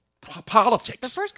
politics